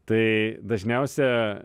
tai dažniausia